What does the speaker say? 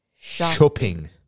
shopping